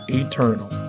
eternal